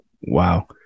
Wow